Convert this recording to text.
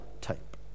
type